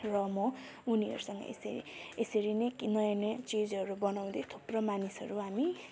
र म उनीहरूहरूसँग यसरी यसरी नै नयाँ नयाँ चिजहरू बनाउँदै थुप्रो मानिसहरू हामी